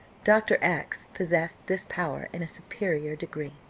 dr. x possessed this power in a superior degree.